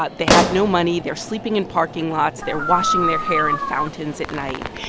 but they have no money. they're sleeping in parking lots. they're washing their hair in fountains at night.